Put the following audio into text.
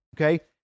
okay